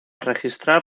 registrar